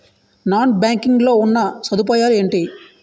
Non banking లో ఉన్నా సదుపాయాలు ఎంటి?